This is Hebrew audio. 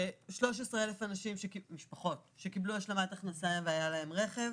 מדובר על 13,000 משפחות שקבלו השלמת הכנסה ויש להם רכב.